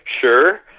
sure